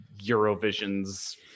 Eurovision's